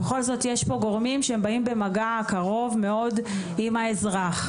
בכל זאת יש פה גורמים שהם באים במגע קרוב מאוד עם האזרח.